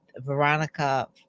Veronica